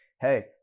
hey